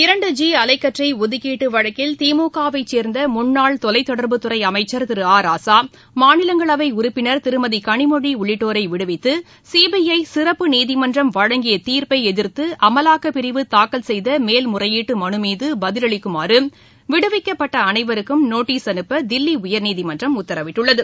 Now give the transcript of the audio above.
இரண்டு ஜி அலைக்கற்றை ஒதுக்கீட்டு வழக்கில் திமுகவை சேர்ந்த முன்னாள் தொலைத்தொடர்புத் துறை அமைச்சர் திரு ஆ ராசா மாநிஷங்களவை உறுப்பினர் திருமதி களிமொழி உள்ளிட்டோரை விடுவித்து சிபிஐ சிறப்பு நீதிமன்றம் வழங்கிய தீர்ப்பை எதிர்த்து அமலாக்கப் பிரிவு தாக்கல் செய்த மேல்முறையீட்டு மனு மீது பதில் அளிக்குமாறு விடுவிக்கப்பட்ட அளைவருக்கும் நோட்டீஸ் அனுப்ப தில்லி உயர்நீதிமன்றம் உத்தரவிட்டுள்ளது